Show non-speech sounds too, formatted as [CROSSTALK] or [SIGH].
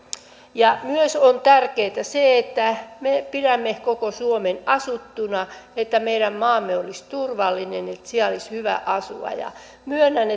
myös on tärkeätä se että me pidämme koko suomen asuttuna ja että meidän maamme olisi turvallinen ja että täällä olisi hyvä asua myönnän [UNINTELLIGIBLE]